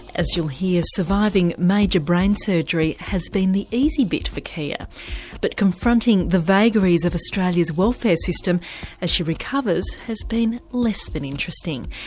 as you'll hear surviving major brain surgery has been the easy bit for kia but confronting the vagaries of australia's welfare system as she recovers has been less than interesting.